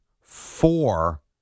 four